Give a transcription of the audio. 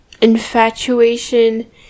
infatuation